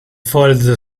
foiled